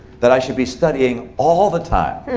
that i should be studying all the time.